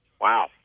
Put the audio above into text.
Wow